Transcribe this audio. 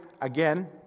again